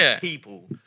people